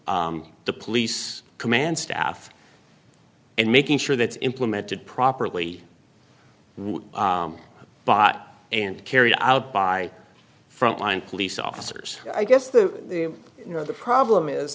the police command staff and making sure that's implemented properly bought and carried out by frontline police officers i guess the you know the problem is